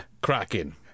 cracking